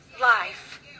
life